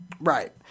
right